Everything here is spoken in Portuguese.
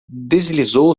deslizou